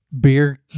beer